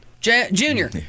Junior